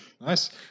Nice